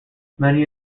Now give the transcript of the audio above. many